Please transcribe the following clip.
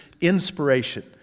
inspiration